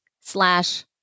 slash